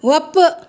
ಒಪ್ಪು